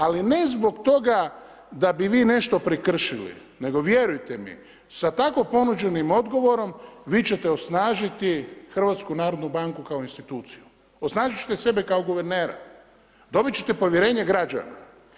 Ali ne zbog toga da bi vi nešto prekršili, nego vjerujte mi sa tako ponuđenim odgovorom vi ćete osnažiti Hrvatsku narodnu banku kao instituciju, osnažit ćete sebe kao guvernera, dobit ćete povjerenje građana.